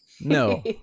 no